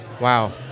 Wow